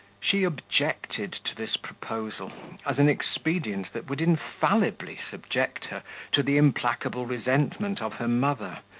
she objected to this proposal as an expedient that would infallibly subject her to the implacable resentment of her mother,